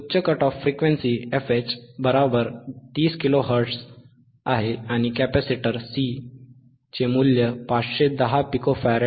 उच्च cut off frequency fH 30 kilo hertz आहे आणि कॅपेसिटर C 510 पिको फॅराड आहे बरोबर